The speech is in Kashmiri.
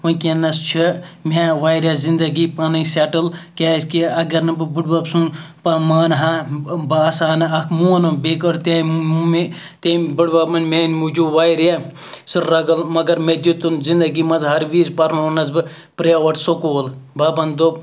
وٕنۍکٮ۪نَس چھِ مےٚ واریاہ زندگی پَنٕنۍ سٮ۪ٹٕل کیٛازِکہِ اگر نہٕ بہٕ بٔڈۍ بَب سُنٛد بہٕ مانہٕ ہا بہٕ آسہٕ ہا نہٕ اَکھ مونُم بیٚیہِ کٔر تٔمۍ مےٚ تٔمۍ بٔڈۍ بَبَن میٛانہِ موٗجوٗب واریاہ سٕٹرٛگٕل مگر مےٚ دیُتُن زندگی منٛز ہر وِزِ پَرنوونَس بہٕ پرٛیویٹ سکوٗل بَبَن دوٚپ